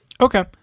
Okay